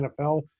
NFL